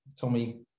Tommy